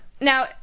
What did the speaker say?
Now